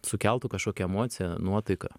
sukeltų kažkokią emociją nuotaiką